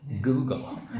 Google